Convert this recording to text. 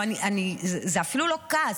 זה אפילו לא כעס.